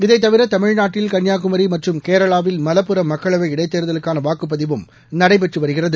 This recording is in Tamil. இதைத்தவிர தமிழ்நாட்டில் கன்னியாகுமரி மற்றம் கேரளாவில் மலப்புரம் மக்களவை இடைத்தேர்தலுக்காள வாக்குப்பதிவும்நடைபெற்று வருகிறது